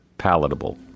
Palatable